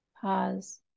pause